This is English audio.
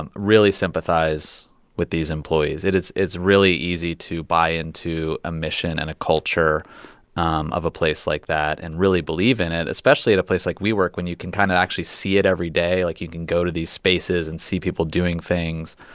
um really sympathize with these employees. it is is really easy to buy into a mission and a culture um of a place like that and really believe in it, especially at a place like wework, when you can kind of actually see it every day. like, you can go to these spaces and see people doing things.